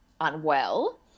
unwell